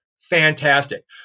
fantastic